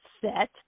set